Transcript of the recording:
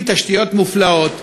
עם תשתיות מופלאות.